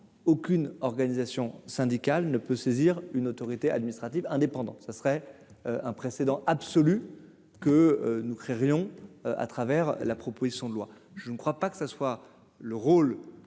aucune organisation syndicale ne peut saisir une autorité administrative indépendante, ça serait un précédent absolu que nous créons, à travers la proposition de loi, je ne crois pas que ce soit le rôle